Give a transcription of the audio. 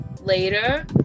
later